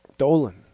Dolan